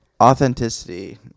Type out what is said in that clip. authenticity